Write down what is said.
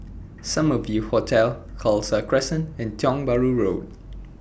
Summer View Hotel Khalsa Crescent and Tiong Bahru Road